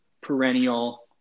perennial